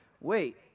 Wait